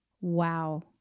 Wow